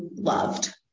loved